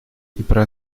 про